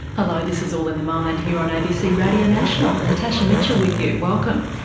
hello, this is all in the mind here on abc radio national, natasha mitchell with you, welcome.